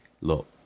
look